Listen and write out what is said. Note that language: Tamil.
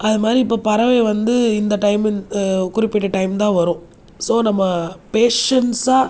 அது மாதிரி இப்போது பறவை வந்து இந்த டைம் குறிப்பிட்ட டைம் தான் வரும் ஸோ நம்ம பேஷன்ஸா